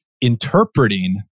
interpreting